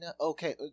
okay